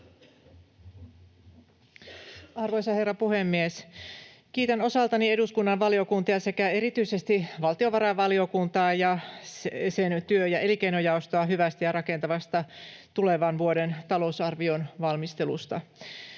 Arvoisa herra puhemies! Kiitän osaltani eduskunnan valiokuntia sekä erityisesti valtiovarainvaliokuntaa ja sen työ‑ ja elinkeinojaostoa hyvästä ja rakentavasta tulevan vuoden talousarvion valmistelusta.